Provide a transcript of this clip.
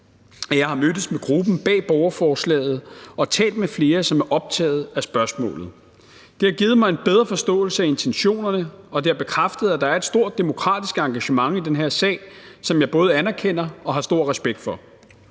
jeg har mødtes med gruppen bag borgerforslaget og talt med flere, som er optaget af spørgsmålet. Det har givet mig en bedre forståelse af intentionerne, og det har bekræftet, at der er et stort demokratisk engagement i den her sag, som jeg både anerkender og har stor respekt for.